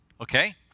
okay